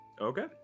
okay